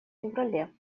феврале